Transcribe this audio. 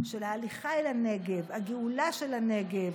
של ההליכה אל הנגב, הגאולה של הנגב,